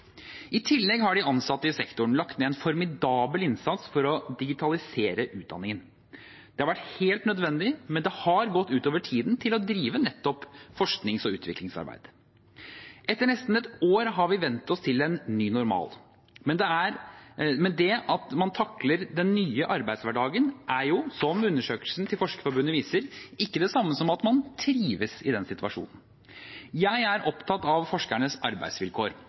I tillegg har de ansatte i sektoren lagt ned en formidabel innsats for å digitalisere utdanningen. Det har vært helt nødvendig, men det har gått ut over tiden til å drive nettopp forsknings- og utviklingsarbeid. Etter nesten ett år har vi vendt oss til en ny normal. Men det at man takler den nye arbeidshverdagen, er jo, som undersøkelsen til Forskerforbundet viser, ikke det samme som at man trives med den situasjonen. Jeg er opptatt av forskernes arbeidsvilkår,